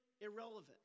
irrelevant